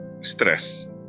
stress